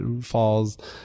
falls